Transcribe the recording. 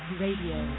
radio